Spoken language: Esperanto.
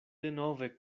denove